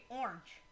orange